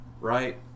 Right